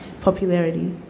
Popularity